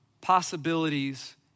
possibilities